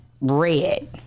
red